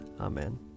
Amen